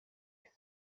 esse